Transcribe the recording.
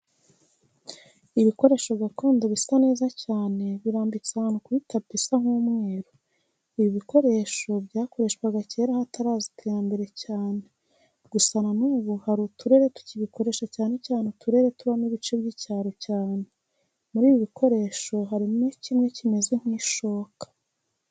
Ibikoresho gakondo bisa neza cyane birambitse ahantu kuri tapi isa nk'umweru. Ibi bikoresho byakoreshwaga kera hataraza iterambere cyane gusa na n'ubu hari uturere tukibikoresha cyane cyane uturere tubamo ibice by'icyaro cyane. Muri ibi bikoresho harimo kimwe kimeze nk'ishoka.